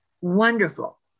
wonderful